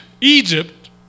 Egypt